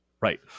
Right